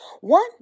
One